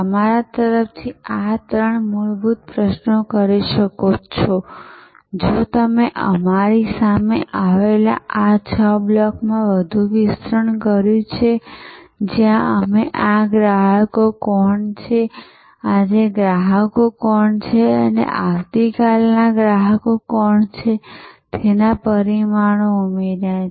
તમારા તરફથી આ ત્રણ મૂળભૂત પ્રશ્નો કરી શકો છો જો કે અમે તમારી સામે આવેલા આ છ બ્લોકમાં વધુ વિસ્તરણ કર્યું છે જ્યાં અમે આ ગ્રાહકો કોણ છે આજે ગ્રાહકો કોણ છે અને આવતીકાલે ગ્રાહકો કોણ છે તેના પરિમાણો ઉમેર્યા છે